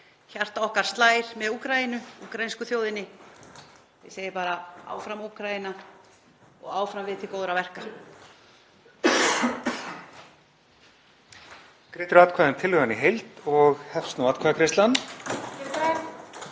Hjarta okkar slær með Úkraínu, úkraínsku þjóðinni. Ég segi bara: Áfram Úkraína og áfram við til góðra verka.